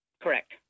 correct